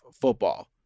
football